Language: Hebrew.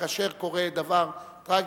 כאשר קורה דבר טרגי,